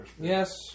Yes